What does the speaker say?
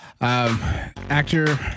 Actor